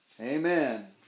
Amen